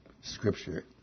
scripture